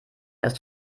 ist